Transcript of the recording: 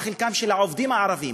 מה חלקם של העובדים הערבים?